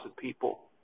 people